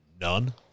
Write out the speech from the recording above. none